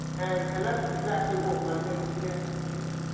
and and that's exactly what my next guest did.